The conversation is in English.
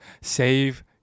save